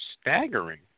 staggering